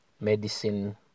medicine